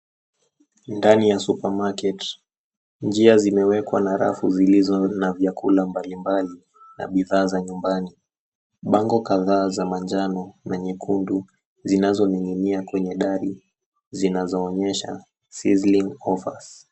Ndani ya cs[super market]cs, njia zimewekwa na rafu zilizo na vyakula mbalimbali na bidhaa za nyumbani. Bango kadhaa za manjano na nyekundu zinazoning'inia kwenye dari zinazoonyesha cs[sizzling offer]cs.